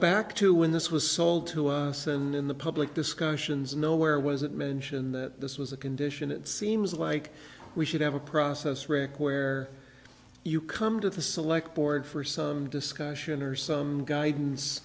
back to when this was sold to us and in the public discussions nowhere was it mentioned that this was a condition it seems like we should have a process rick where you come to the select board for some discussion or some guidance